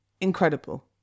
incredible